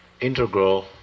integral